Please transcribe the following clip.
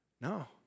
No